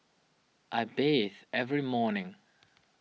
I bathe every morning